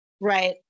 Right